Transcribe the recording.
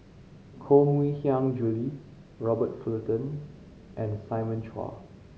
Koh Mui Hiang Julie Robert Fullerton and Simon Chua